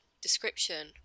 description